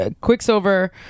Quicksilver